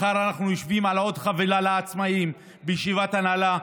מחר אנחנו יושבים על עוד חבילה לעצמאים בישיבת הנהלה.